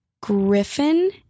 Griffin